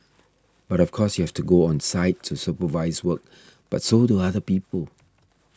but of course you have to go on site to supervise work but so do other people